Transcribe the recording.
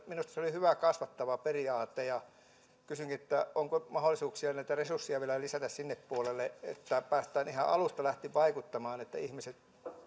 minusta oli hyvä kasvattava periaate kysynkin onko mahdollisuuksia näitä resursseja vielä lisätä sinne puolelle että päästään ihan alusta lähtien vaikuttamaan että ihmiset